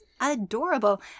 adorable